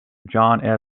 john